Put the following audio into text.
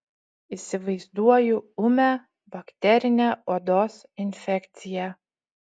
įsivaizduoju ūmią bakterinę odos infekciją